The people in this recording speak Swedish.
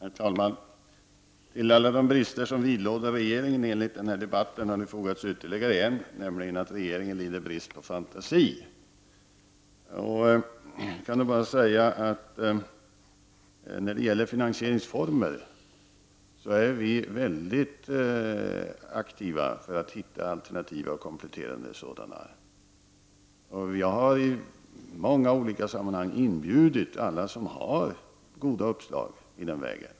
Herr talman! Till alla de brister som vidlåder regeringen enligt den här debatten har nu fogats ytterligare en, nämligen att regeringen lider brist på fantasi. Jag kan då bara säga att när det gäller finansieringsformer är vi mycket aktiva för att hitta alternativa och kompletterande sådana. I många olika sammanhang har jag inbjudit alla som har goda uppslag i den vägen.